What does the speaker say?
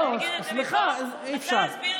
לא, סליחה, אי-אפשר.